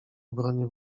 obronie